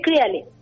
clearly